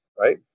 right